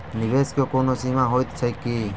निवेश केँ कोनो सीमा होइत छैक की?